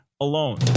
alone